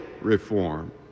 reform